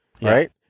Right